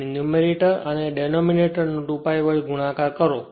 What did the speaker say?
અને ન્યૂમરેટર અને ડેનોમીનેટરને 2 π વડે ગુણો